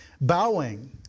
Bowing